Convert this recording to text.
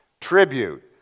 Tribute